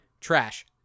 Trash